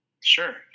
sure